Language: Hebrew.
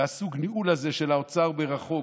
וסוג הניהול הזה של האוצר מרחוק,